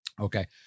Okay